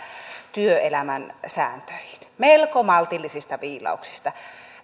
työelämän sääntöihin melko maltillisista viilauksista